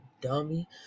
dummy